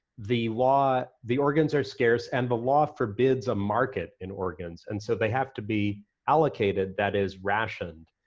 the law, the organs are scarce, and the law forbids a market in organs. and so they have to be allocated, that is rationed,